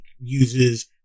uses